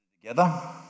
Together